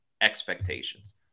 expectations